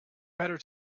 better